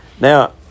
Now